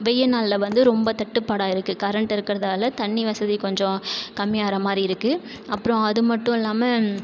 வெய்யல் நாளில் வந்து ரொம்ப தட்டுப்பாடாக இருக்கு கரண்ட் இருக்கறதால தண்ணி வசதி கொஞ்சம் கம்மியாகிற மாதிரி இருக்குது அப்புறம் அது மட்டும் இல்லாமல்